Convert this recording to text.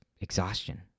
exhaustion